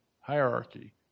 hierarchy